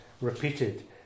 repeated